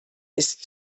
ist